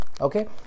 Okay